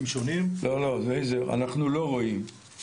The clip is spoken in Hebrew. לא, לא, לייזר אנחנו לא רואים.